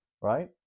right